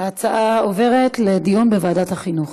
ההצעות עוברות לדיון בוועדת החינוך.